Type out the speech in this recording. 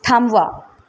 थांबवा